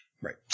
Right